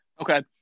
Okay